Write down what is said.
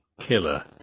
killer